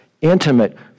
intimate